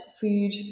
food